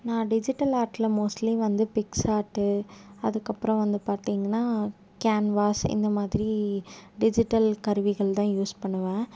நான் டிஜிட்டல் ஆர்ட்டில் மோட்ஸ்லி வந்து பிக்ஸ் ஆர்ட்டு அதுக்கு அப்புறம் வந்து பார்த்திங்கனா கேன்வாஸ் இந்த மாதிரி டிஜிட்டல் கருவிகள் தான் யூஸ் பண்ணுவேன்